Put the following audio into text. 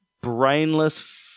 brainless